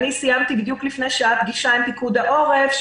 אני סיימתי בדיוק לפני שעה פגישה עם פיקוד העורף,